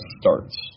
starts